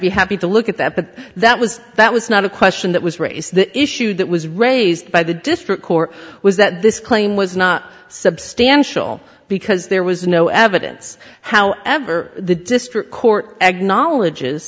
be happy to look at that but that was that was not a question that was raised the issue that was raised by the district court was that this claim was not substantial because there was no evidence however the district court eg knowledge